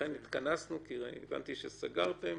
לכן התכנסנו כי הבנתי שסגרתם